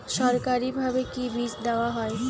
সরকারিভাবে কি বীজ দেওয়া হয়?